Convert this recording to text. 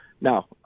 Now